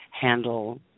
handle